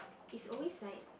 it's always like